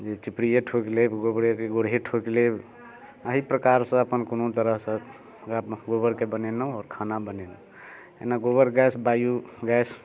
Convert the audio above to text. जे चिपड़िए ठोकि लेब गोबर गोरहे ठोकि लेब एही प्रकारसँ अपन कोनो तरहसँ गोबरके बनेलहुँ आओर खाना बनेलहुँ एना गोबर गैस बायो गैस